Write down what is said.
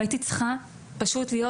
והייתי צריכה פשוט להיות